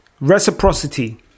reciprocity